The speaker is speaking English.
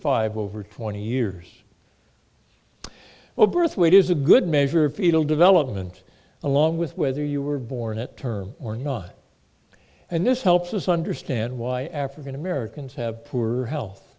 five over twenty years well birth weight is a good measure of fetal development along with whether you were born it term or not and this helps us understand why african americans have poor h